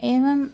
एवम्